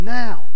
now